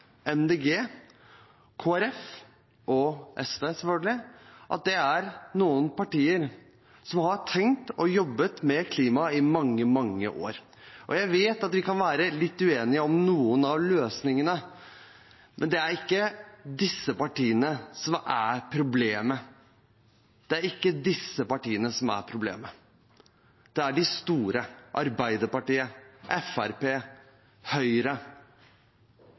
selvfølgelig SV. Det er partier som har tenkt på og jobbet med klimaet i mange, mange år. Jeg vet at vi kan være litt uenige om noen av løsningene, men det er ikke disse partiene som er problemet, det er de store partiene – Arbeiderpartiet, Fremskrittspartiet og Høyre. Jeg er